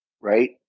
right